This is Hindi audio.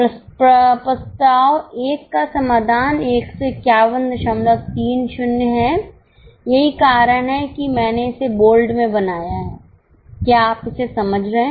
प्रस्ताव 1 का समाधान 15130 है यही कारण है कि मैंने इसे बोल्ड में बनाया हैं क्या आप इसे समझ रहे हैं